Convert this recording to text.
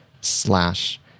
slash